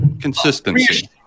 consistency